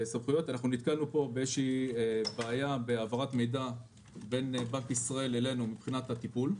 נתקלנו פה בבעיה בהעברת מידע בין בנק ישראל ובינינו מבחינת הטיפול,